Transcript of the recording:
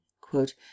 quote